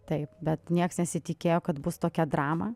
taip bet nieks nesitikėjo kad bus tokia drama